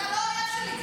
אתה לא אויב שלי.